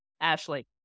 Ashley